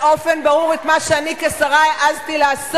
עד לפני שעה הממשלה היתה נגד.